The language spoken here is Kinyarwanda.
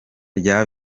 rya